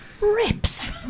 Rips